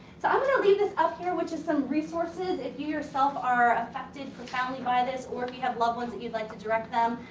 so, i'm gonna leave this up here, which is some resources. if you, yourself, are affected profoundly by this or if you have loved ones that you'd like to direct them.